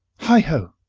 heigh-ho!